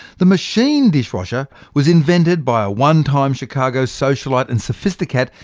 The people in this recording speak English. the machine dishwasher was invented by a one-time chicago socialite and sophisticat,